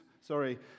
Sorry